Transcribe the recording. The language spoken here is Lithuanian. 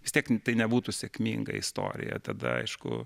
vis tiek tai nebūtų sėkminga istorija tada aišku